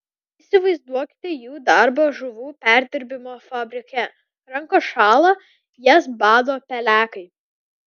įsivaizduokite jų darbą žuvų perdirbimo fabrike rankos šąla jas bado pelekai